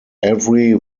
every